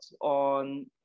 on